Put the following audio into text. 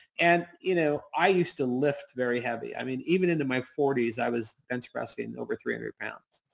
and you know i used to lift very heavy. i mean, even into my forty s, i was bench pressing over three hundred pounds.